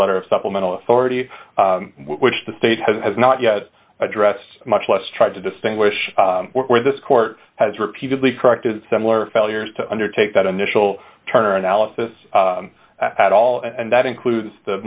letter of supplemental authority which the state has has not yet addressed much less tried to distinguish where this court has repeatedly corrected similar failures to undertake that initial turn or analysis at all and that includes th